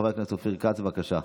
חבר הכנסת אופיר כץ, בבקשה.